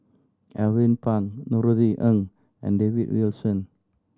Alvin Pang Norothy Ng and David Wilson